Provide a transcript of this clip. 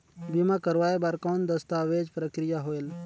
बीमा करवाय बार कौन दस्तावेज प्रक्रिया होएल?